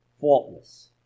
faultless